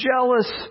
jealous